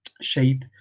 Shape